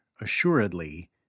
assuredly